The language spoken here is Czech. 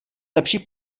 lepší